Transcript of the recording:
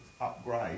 upgrade